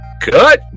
Cut